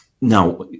Now